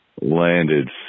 landed